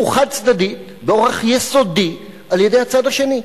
חד-צדדית באורח יסודי על-ידי הצד השני.